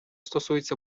стосується